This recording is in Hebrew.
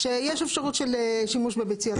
שיש אפשרות של שימוש בביציות.